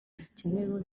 zikenewe